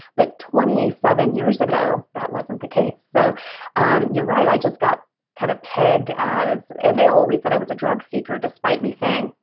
but twenty seven years ago, that wasn't the case. so and you're right. i just got kind of pegged as and they always thought i was a drug seeker despite me saying,